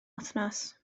wythnos